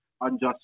unjust